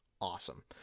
awesome